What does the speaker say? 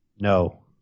No